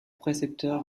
précepteur